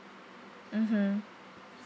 mmhmm